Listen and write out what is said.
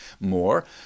more